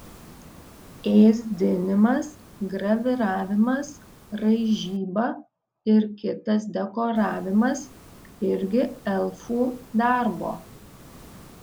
ėsdinimas graviravimas raižyba ir kitas dekoravimas irgi elfų darbo